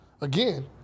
again